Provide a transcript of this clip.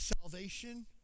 salvation